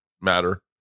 matter